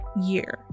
year